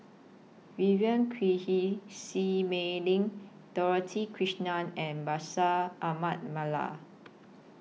Vivien Quahe Seah Mei Lin Dorothy Krishnan and Bashir Ahmad Mallal